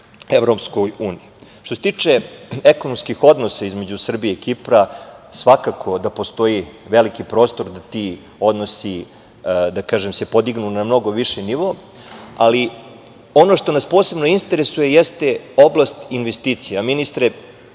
pristupanju EU.Što se tiče ekonomskih odnosa između Srbije i Kipra svakako da postoji veliki prostor da se ti odnosi, da kažem, podignu na mnogo viši nivo, ali ono što nas posebno interesuje jeste oblast investicija. Ministre,